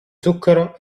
zucchero